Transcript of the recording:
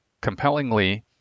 compellingly